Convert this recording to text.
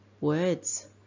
words